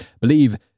Believe